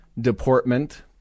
deportment